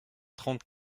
trente